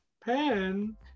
Pen